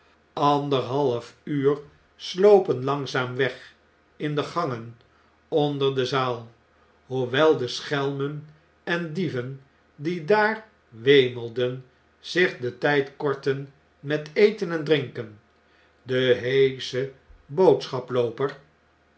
anderhalf uur slopen langzaam weg in de gangen onder de zaal hoewel de schelmen en dieven die daar wemelden zich den tud kortten met eten en drinken de heesche